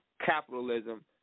capitalism